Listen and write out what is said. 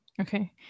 Okay